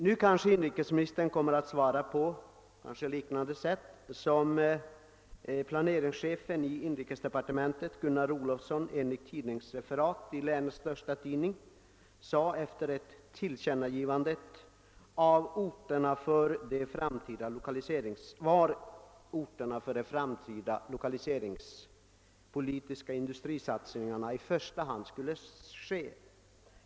Nu kanske inrikesministern kommer att svara på liknande sätt som planeringschefen i inrikesdepartementet, Gunnar Olofsson, enligt tidningsreferat i länets största tidning gjorde sedan det tillkännagivits i vilka orter de framtida lokaliseringspolitiska industrisatsningarna i första hand skulle göras.